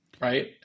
Right